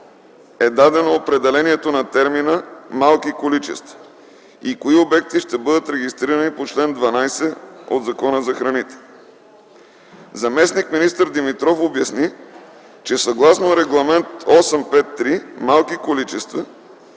е дадено определението на термина „малки количества” и кои обекти ще бъдат регистрирани по чл. 12 от Закона за храните? Заместник-министър Димитров обясни, че съгласно Регламент 853 „малки количества”